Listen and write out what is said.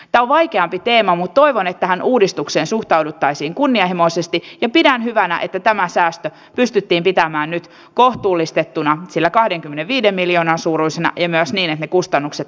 ota vaikeampi teemamu toivoneet tähän uudistukseen suhtauduttaisiin kunnianhimoisesti ja pidän hyvänä että tämä säästö pystyttiin pitämään nyt kohtuullistettuna sillä kahdenkymmenenviiden miljoonan suuruisina emme asemien kustannukset